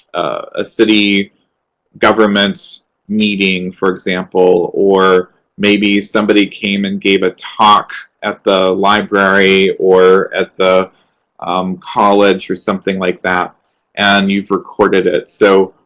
ah city government meeting, for example, or maybe somebody came and gave a talk at the library or at the college or something like that and you've recorded it. so,